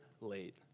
late